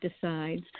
decides